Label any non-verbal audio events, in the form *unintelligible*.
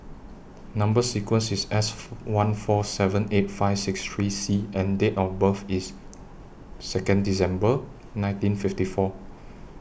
Number sequence IS S *unintelligible* one four seven eight five six three C and Date of birth IS Second December nineteen fifty four